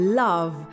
love